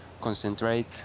concentrate